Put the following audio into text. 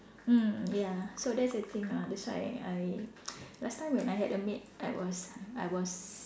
mm ya so that's the thing ah that's why I last time when I had a maid I was I was